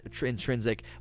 intrinsic